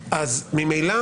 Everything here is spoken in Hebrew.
ממילא